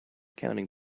counting